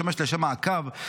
ישמש לשם מעקב,